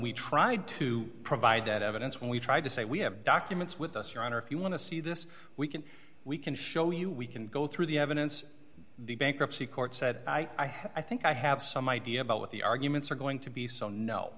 we tried to provide that evidence when we tried to say we have documents with us your honor if you want to see this we can we can show you we can go through the evidence the bankruptcy court said i i think i have some idea about what the arguments are going to be so no